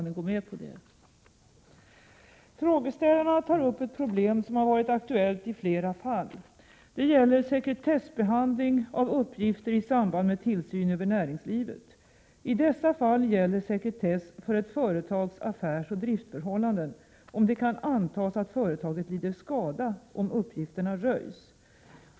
Frågeställarna tar upp ett problem som har varit aktuellt i flera fall. Det gäller sekretessbehandling av uppgifter i samband med tillsyn över näringslivet. I dessa fall gäller sekretess för ett företags affärseller driftförhållanden, om det kan antas att företaget lider skada om uppgifterna röjs.